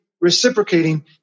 reciprocating